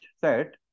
set